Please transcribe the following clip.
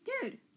Dude